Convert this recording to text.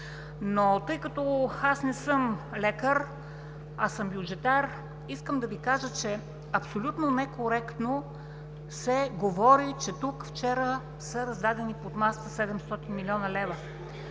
Тъй като аз не съм лекар, а съм бюджетар, искам да Ви кажа, че абсолютно некоректно се говори, че тук вчера са раздадени под масата 700 млн. лв.